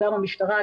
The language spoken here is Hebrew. גם המשטרה,